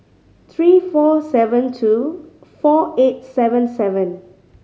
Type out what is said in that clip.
three four seven two four eight seven seven